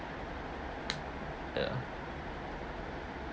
ya